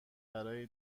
برای